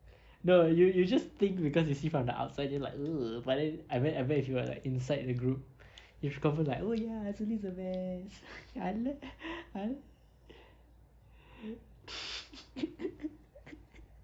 no you you just think because you see from the outside you like !eww! but then I bet I bet if you were like inside the group if you confirm like oh ya azuleen is the best I like I like